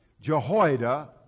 Jehoiada